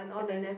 and then